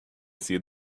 see